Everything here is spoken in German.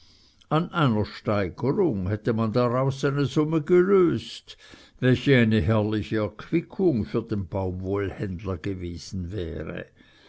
an einer steigerung hätte man daraus eine summe gelöst welche eine herrliche erquickung für den baumwollenhändler gewesen wäre